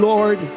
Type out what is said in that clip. Lord